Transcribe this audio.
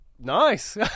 nice